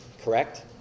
correct